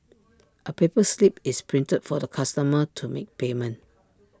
A paper slip is printed for the customer to make payment